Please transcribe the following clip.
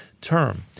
term